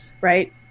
right